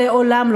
אבל לעולם,